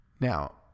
Now